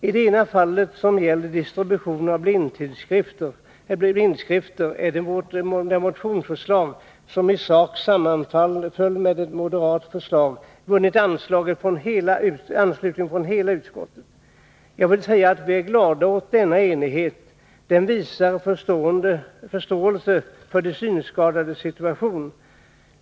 I det ena fallet, som gäller distributionen av blindskrifter, har vårt motionsförslag, som i sak sammanfaller med ett moderat förslag, vunnit anslutning från hela utskottet. Jag vill säga att vi är glada åt denna enighet. Den visar förståelse för de synskadades situation.